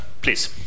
please